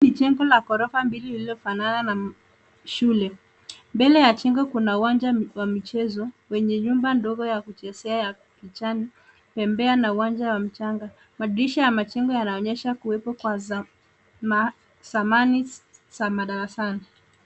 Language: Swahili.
Hili ni jengo la ghorofa kubwa lililofanana na shule. Mbele ya jengo kuna uwanja WA michezo wenye nyumba ndogo WA kuchezea bembea na uwanja mchanga. Madirisha ya mjengo yanaonyesha kuwepo Kwa samani za madarasani.